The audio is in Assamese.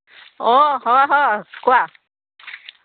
অ' হয় হয় কোৱা